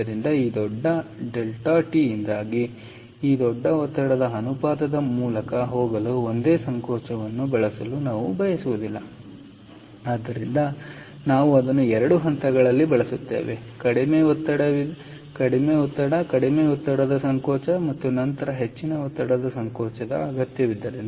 ಆದ್ದರಿಂದ ಈ ದೊಡ್ಡ ಡೆಲ್ಟಾ ಟಿ ಯಿಂದಾಗಿ ಈ ದೊಡ್ಡ ಒತ್ತಡದ ಅನುಪಾತದ ಮೂಲಕ ಹೋಗಲು ಒಂದೇ ಸಂಕೋಚಕವನ್ನು ಬಳಸಲು ನಾವು ಬಯಸುವುದಿಲ್ಲ ಆದ್ದರಿಂದ ನಾವು ಅದನ್ನು 2 ಹಂತಗಳಲ್ಲಿ ಬಳಸುತ್ತೇವೆ ಕಡಿಮೆ ಒತ್ತಡವಿದೆ ಕಡಿಮೆ ಒತ್ತಡದ ಸಂಕೋಚಕ ಮತ್ತು ನಂತರ ಹೆಚ್ಚಿನ ಒತ್ತಡದ ಸಂಕೋಚಕವಿದೆ